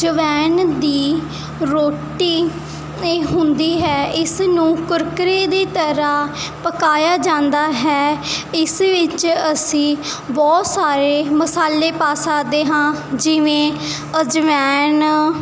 ਅਜਵਾਇਣ ਦੀ ਰੋਟੀ ਇਹ ਹੁੰਦੀ ਹੈ ਇਸ ਨੂੰ ਕੁਰਕਰੇ ਦੀ ਤਰ੍ਹਾਂ ਪਕਾਇਆ ਜਾਂਦਾ ਹੈ ਇਸ ਵਿੱਚ ਅਸੀਂ ਬਹੁਤ ਸਾਰੇ ਮਸਾਲੇ ਪਾ ਸਕਦੇ ਹਾਂ ਜਿਵੇਂ ਅਜਵਾਇਣ